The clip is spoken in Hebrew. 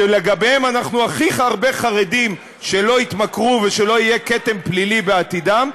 שלגביהם אנחנו הכי הרבה חרדים שלא יתמכרו ושלא יהיה כתם פלילי בעתידם?